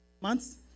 months